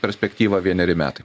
perspektyva vieneri metai